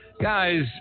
Guys